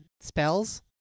spells